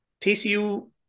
TCU –